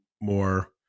more